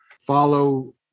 follow